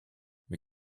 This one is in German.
wir